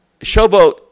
showboat